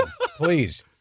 Please